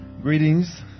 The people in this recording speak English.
greetings